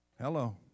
Hello